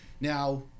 Now